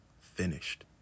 finished